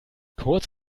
kurz